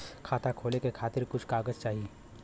खाता खोले के खातिर कुछ कागज चाही?